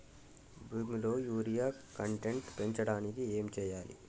భూమిలో urea content పెంచడానికి ఏం చేయాలి?